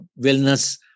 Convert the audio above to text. wellness